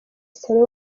saleh